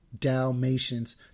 Dalmatians